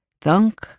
Thunk